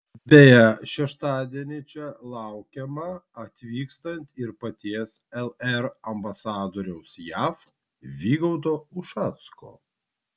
beje šeštadienį čia laukiamą atvykstant ir paties lr ambasadoriaus jav vygaudo ušacko